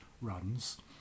runs